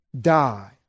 die